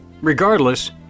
Regardless